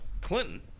Clinton